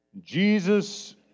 Jesus